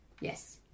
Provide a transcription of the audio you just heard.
yes